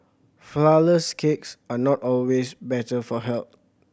flourless cakes are not always better for health